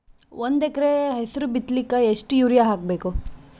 ಒಂದ್ ಎಕರ ಹೆಸರು ಬಿತ್ತಲಿಕ ಎಷ್ಟು ಯೂರಿಯ ಹಾಕಬೇಕು?